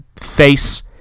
face